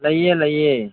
ꯂꯩꯌꯦ ꯂꯩꯌꯦ